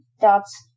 dots